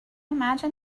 imagine